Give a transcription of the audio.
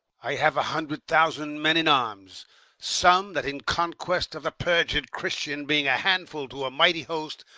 i have a hundred thousand men in arms some that, in conquest of the perjur'd christian, being a handful to a mighty host,